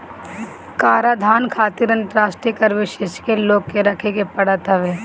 कराधान खातिर अंतरराष्ट्रीय कर विशेषज्ञ लोग के रखे के पड़त हवे